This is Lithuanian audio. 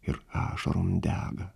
ir ašarom dega